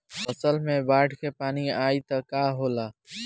फसल मे बाढ़ के पानी आई त का होला?